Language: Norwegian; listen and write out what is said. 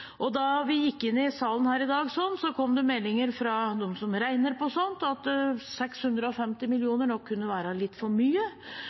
Da vi gikk inn i salen her i dag, kom det meldinger fra dem som regner på sånt, at 650 mill. kr nok kunne være litt for mye,